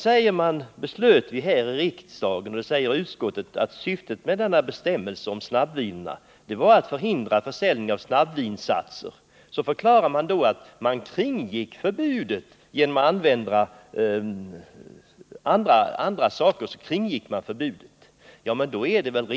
Syftet med den bestämmelse om snabbvinerna som riksdagen fattade beslut om var, säger utskottet, att förhindra försäljning av snabbvinsatser. Men detta förbud har kringgåtts.